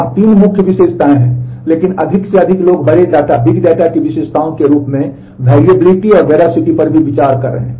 वहां 3 मुख्य विशेषताएं हैं लेकिन अधिक से अधिक लोग बड़े डेटा की विशेषताओं के रूप में वैरिएबिलिटी पर भी विचार कर रहे हैं